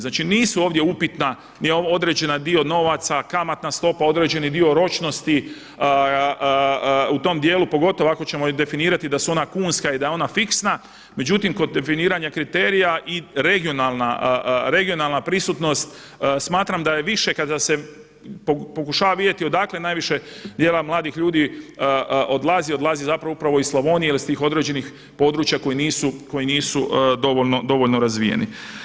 Znači nije ovdje upitna ni određeni dio novaca, kamatna stopa, određeni dio ročnosti u tom dijelu pogotovo ako ćemo definirati da su ona kunska i da je ona fiksna, međutim kod definiranja kriterija i regionalna prisutnost smatram da je više kada se pokušava vidjeti odakle najviše dijela mladih ljudi odlazi, odlazi upravo iz Slavonije ili iz tih određenih područja koja nisu dovoljno razvijeni.